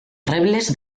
rebles